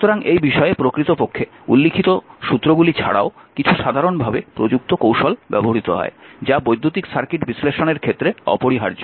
সুতরাং এই বিষয়ে প্রকৃতপক্ষে উল্লিখিত সুত্রগুলি ছাড়াও কিছু সাধারণভাবে প্রযুক্ত কৌশল ব্যবহৃত হয় যা বৈদ্যুতিক সার্কিট বিশ্লেষণের ক্ষেত্রে অপরিহার্য